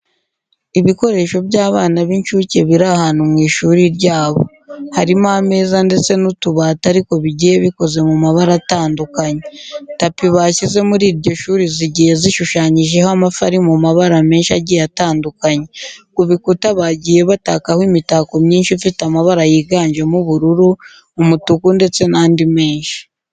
Ibikoresho by'abana b'inshuke biri ahantu mu ishuri ryabo. Harimo ameza ndetse n'utubati ariko bigiye bikoze mu mabara atandukanye. Tapi bashyize muri iryo shuri zigiye zishushanyijeho amafi ari mu mabara menshi agiye atandukanye. Ku bikuta bagiye batakaho imitako myinshi ifite amabara yiganjemo ubururu, umutuku ndetse n'andi menshi.